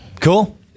Cool